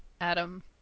Adam